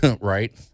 right